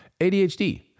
ADHD